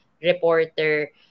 reporter